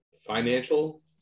financial